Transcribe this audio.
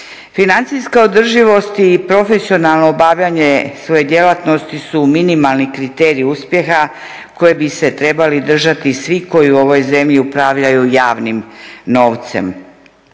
Financijska održivost i profesionalno obavljanje svoje djelatnosti su minimalni kriterij uspjeha koje bi se trebali držati svi koji u ovoj zemlji upravljaju javnim novcem.